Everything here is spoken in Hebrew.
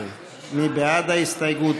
17. מי בעד ההסתייגות?